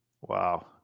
Wow